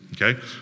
okay